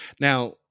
Now